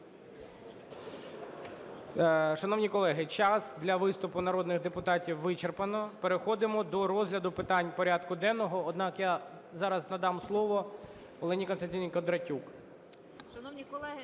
Шановні колеги, час для виступу народних депутатів вичерпано. Переходимо до розгляду питань порядку денного. Однак я зараз надам слово Олені Костянтинівні Кондратюк. 10:36:57